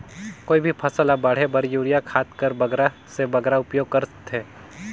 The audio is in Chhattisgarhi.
कोई भी फसल ल बाढ़े बर युरिया खाद कर बगरा से बगरा उपयोग कर थें?